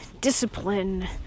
discipline